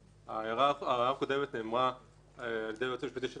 ההערה הקודמת נאמרה על-ידי היועץ המשפטי של הוועדה.